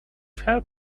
have